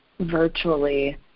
virtually